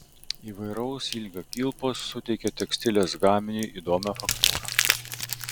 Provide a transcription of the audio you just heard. įvairaus ilgio kilpos suteikia tekstilės gaminiui įdomią faktūrą